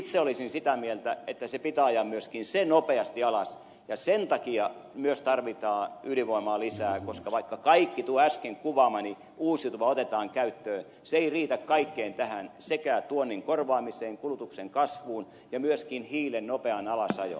itse olisin sitä mieltä että myöskin se pitää ajaa nopeasti alas ja sen takia myös tarvitaan ydinvoimaa lisää koska vaikka kaikki tuo äsken kuvaamani uusiutuva otetaan käyttöön se ei riitä kaikkeen tähän sekä tuonnin korvaamiseen kulutuksen kasvuun että myöskin hiilen nopeaan alasajoon